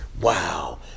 Wow